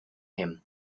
him